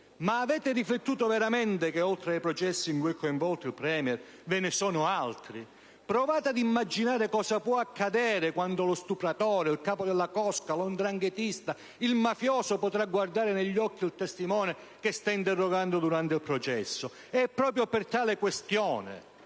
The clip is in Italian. Ma avete riflettuto veramente che, oltre ai processi in cui è coinvolto il *Premier*, ve ne sono altri? Provate ad immaginare cosa può accadere quando lo stupratore, il capo della cosca, lo 'ndranghetista, il mafioso potrà guardare negli occhi il testimone che sta interrogando durante il processo. È proprio per tale questione